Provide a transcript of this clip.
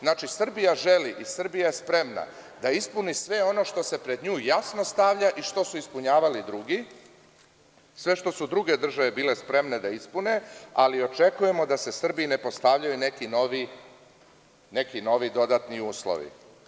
Znači, Srbija želi i Srbija je spremna da ispuni sve ono što se pred nju jasno stavlja i što su ispunjavali drugi, sve što su druge države bile spremne da ispune, ali očekujemo da se Srbiji ne postavljaju neki novi dodatni uslovi.